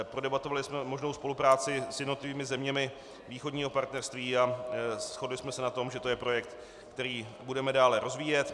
Prodebatovali jsme možnou spolupráci s jednotlivými zeměmi Východního partnerství a shodli jsme se na tom, že je to projekt, který budeme dále rozvíjet.